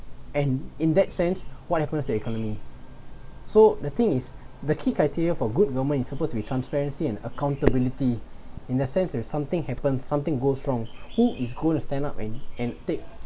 and in that sense what happens to economy so the thing is the key criteria for good government is supposed to be transparency and accountability in the sense that something happened something goes wrong who is going to stand up and and take